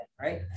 right